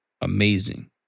amazing